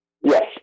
Yes